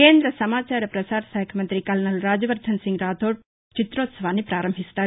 కేంద్ర సమాచార పసార శాఖ మంతి కల్నల్ రాజ్యవర్ణన్ సింగ్ రాథోడ్ చిత్రోత్సవాన్ని ప్రారంభిస్తారు